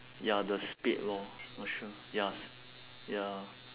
ya the spade oh not sure yes ya